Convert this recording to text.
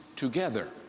together